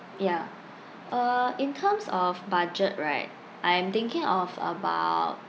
ya uh in terms of budget right I am thinking of about